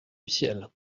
ciel